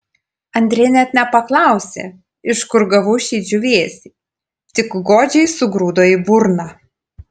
andrė net nepaklausė iš kur gavau šį džiūvėsį tik godžiai sugrūdo į burną